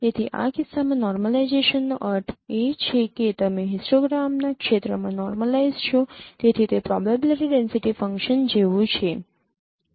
તેથી આ કિસ્સામાં નોર્મલાઇઝેશનનો અર્થ એ છે કે તમે હિસ્ટોગ્રામના ક્ષેત્રમાં નોર્મલાઈજ છો તેથી તે પ્રોબેબીલીટી ડેન્સિટી ફંક્શન જેવું છે